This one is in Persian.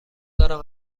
دارم